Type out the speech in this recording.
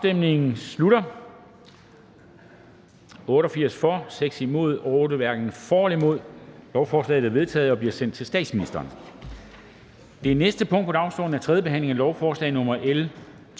stemte 20 (SF, EL, FG og ALT), hverken for eller imod stemte 0. Lovforslaget er vedtaget og bliver sendt til statsministeren. --- Det næste punkt på dagsordenen er: 17) 2. behandling af lovforslag nr.